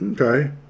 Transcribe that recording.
okay